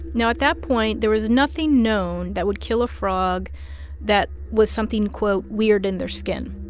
now, at that point, there was nothing known that would kill a frog that was something, quote, weird in their skin.